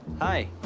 hi